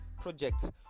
projects